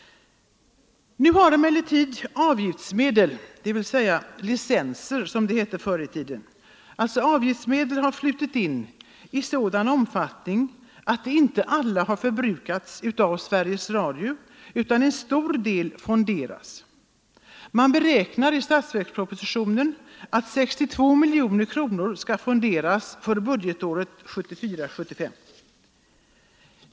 Nu har emellertid avgiftsmedel — licensmedel som det hette förr i tiden — flutit in i sådan omfattning att allt inte förbrukas av Sveriges . Radio utan en stor del fonderas. Det beräknas i statsverkspropositionen att 62 miljoner kronor för budgetåret 1974/75 skall fonderas.